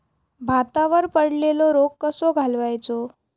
भातावर पडलेलो रोग कसो घालवायचो?